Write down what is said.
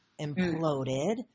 imploded